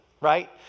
right